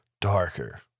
darker